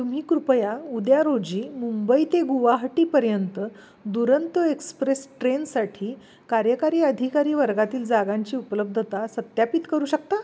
तुम्ही कृपया उद्या रोजी मुंबई ते गुवाहाटीपर्यंत दुरंतो एक्सप्रेस ट्रेनसाठी कार्यकारी अधिकारी वर्गातील जागांची उपलब्धता सत्यापित करू शकता